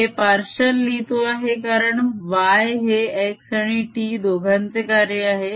मी partial लिहितो आहे कारण y हे x आणि t दोघांचे कार्य आहे